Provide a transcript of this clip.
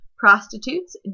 prostitutes